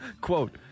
Quote